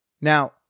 Now